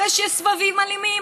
אחרי שיש סבבים אלימים,